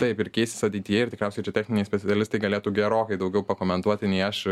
taip ir keisis ateityje ir tikriausiai čia techniniai specialistai galėtų gerokai daugiau pakomentuoti nei aš